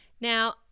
Now